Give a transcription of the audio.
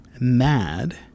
mad